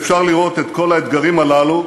אפשר לראות את כל האתגרים הללו,